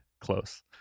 close